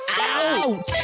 out